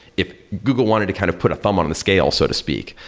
if google wanted to kind of put a thumb on on the scale, so to speak,